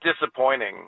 disappointing